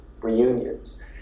reunions